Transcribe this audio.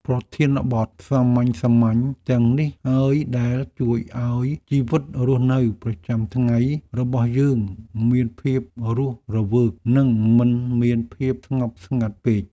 ប្រធានបទសាមញ្ញៗទាំងនេះហើយដែលជួយឱ្យជីវិតរស់នៅប្រចាំថ្ងៃរបស់យើងមានភាពរស់រវើក និងមិនមានភាពស្ងប់ស្ងាត់ពេក។